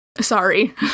Sorry